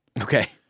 Okay